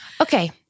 Okay